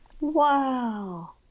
Wow